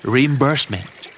Reimbursement